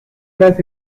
las